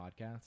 podcasts